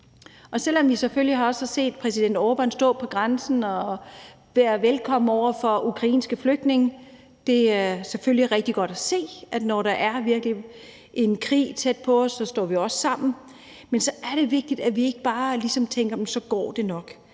Selv om vi selvfølgelig også har set præsident Orbán stå ved grænsen og byde ukrainske flygtninge velkommen – og det er selvfølgelig rigtig godt at se, at når der er en krig tæt på os, står vi også sammen – er det vigtigt, at vi ikke bare ligesom tænker, at så går det nok.